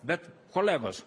bet kolegos